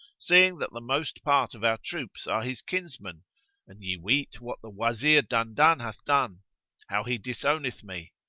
seeing that the most part of our troops are his kinsmen and ye weet what the wazir dandan hath done how he disowneth me,